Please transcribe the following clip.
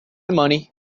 money